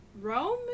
Roman